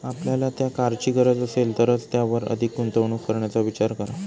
आपल्याला त्या कारची गरज असेल तरच त्यावर अधिक गुंतवणूक करण्याचा विचार करा